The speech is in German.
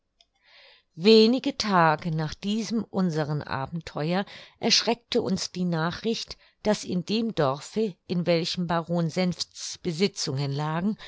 wenige tage nach diesem unseren abenteuer erschreckte uns die nachricht daß in dem dorfe in welchem baron senfts besitzungen lagen